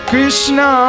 Krishna